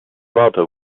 rudder